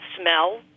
smell